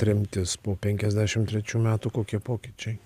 tremtis po penkiasdešimt trečių metų kokie pokyčiai